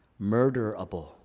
murderable